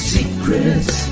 Secrets